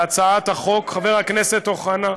בהצעת החוק, חבר הכנסת אוחנה.